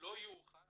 לא יאוחר